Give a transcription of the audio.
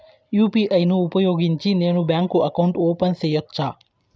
UPI ను ఉపయోగించి నేను బ్యాంకు అకౌంట్ ఓపెన్ సేయొచ్చా?